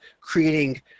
creating